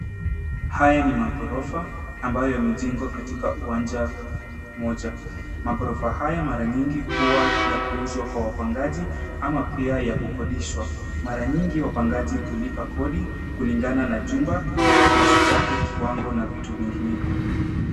Haya ni maghorofa ambayo yamejengwa katika uwanja moja. Maghorofa haya mara nyingi huwa ya kuuzwa kwa wapangaji ama pia ya kukodishwa. Mara nyingi wapangaji hulipa kodi kulingana na jumba kiasi chake, kiwango na vitu vinginevyo.